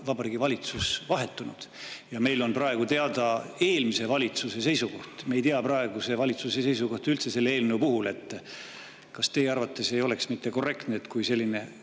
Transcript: Vabariigi Valitsus vahetunud. Meile on praegu teada eelmise valitsuse seisukoht. Me ei tea praeguse valitsuse seisukohti üldse selle eelnõu puhul. Kas teie arvates ei oleks korrektne, et kui